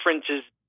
differences